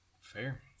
fair